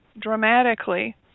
dramatically